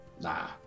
Nah